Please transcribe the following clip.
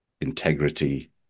integrity